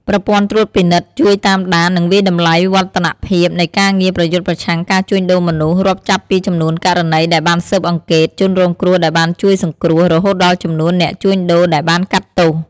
ប្រព័ន្ធត្រួតពិនិត្យ ជួយតាមដាន និងវាយតម្លៃវឌ្ឍនភាពនៃការងារប្រយុទ្ធប្រឆាំងការជួញដូរមនុស្ស រាប់ចាប់ពីចំនួនករណីដែលបានស៊ើបអង្កេត ជនរងគ្រោះដែលបានជួយសង្គ្រោះ រហូតដល់ចំនួនអ្នកជួញដូរដែលបានកាត់ទោស។